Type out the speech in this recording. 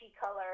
color